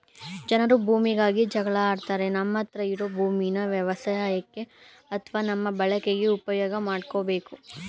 ಜನರು ಭೂಮಿಗಾಗಿ ಜಗಳ ಆಡ್ತಾರೆ ನಮ್ಮತ್ರ ಇರೋ ಭೂಮೀನ ವ್ಯವಸಾಯಕ್ಕೆ ಅತ್ವ ನಮ್ಮ ಬಳಕೆಗೆ ಉಪ್ಯೋಗ್ ಮಾಡ್ಕೋಬೇಕು